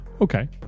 Okay